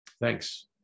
Thanks